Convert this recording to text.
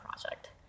project